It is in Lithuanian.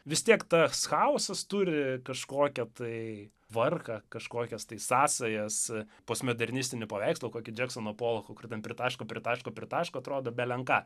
vis tiek tas chaosas turi kažkokią tai tvarką kažkokias sąsajas postmodernistinį paveikslą kokį džeksono polocho kur ten pritaško pritaško pritaško atrodo belenką